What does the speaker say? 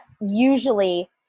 usually